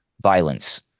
violence